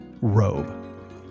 robe